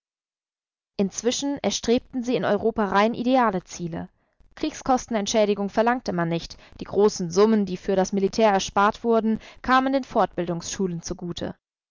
inzwischen erstrebten sie in europa rein ideale ziele kriegskostenentschädigung verlangte man nicht die großen summen die für das militär erspart wurden kamen den fortbildungsschulen zugute